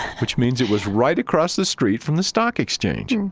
which means it was right across the street from the stock exchange. and